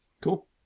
Cool